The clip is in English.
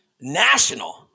National